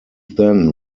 then